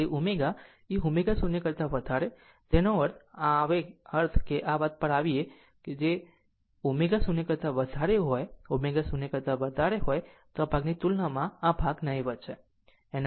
જ્યારે ω એ ω0 કરતાં વધારે તેનો અર્થ જો આ આવે તેનો અર્થ એ કે જો આ વાત પર આવે છે કે જ્યારે ω0 કરતા વધારે હોય ω0 કરતા વધારે હોય તો આ ભાગની તુલનામાં આ ભાગ નહિવત્ છે